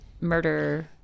murder